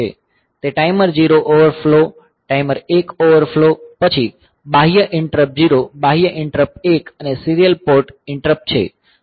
તે timer 0 overflow timer 1 overflow પછી બાહ્ય ઈંટરપ્ટ 0 બાહ્ય ઈંટરપ્ટ 1 અને સીરીયલ પોર્ટ ઈંટરપ્ટ છે